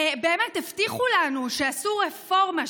באמת הבטיחו לנו שעשו רפורמה,